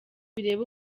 bireba